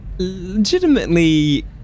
Legitimately